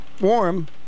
warm